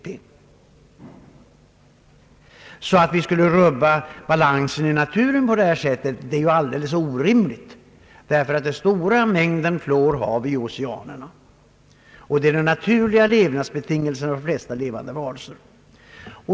Påståendet att vi skulle rubba balansen i naturen är därför alldeles orimligt, eftersom vi har denna stora mängd fluor i oceanerna, den naturliga levnadsbetingelsen för de flesta levande varelserna.